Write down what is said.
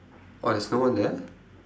oh there's no one there